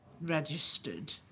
registered